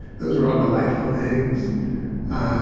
those were all delightful things